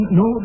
no